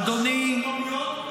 אדוני,